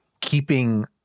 keeping